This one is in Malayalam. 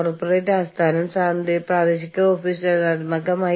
കേന്ദ്ര മാനേജ്മെന്റ് പ്രാദേശിക മാനേജ്മെന്റ് എന്നിവയിൽ നിന്നുള്ള നിരന്തരമായ ഉപദേശം